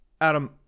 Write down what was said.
Adam –